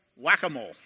whack-a-mole